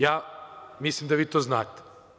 Ja mislim da vi to znate.